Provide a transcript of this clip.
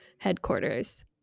headquarters